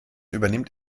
übernimmt